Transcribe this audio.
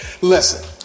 Listen